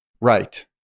Right